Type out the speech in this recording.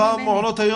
המוסדות.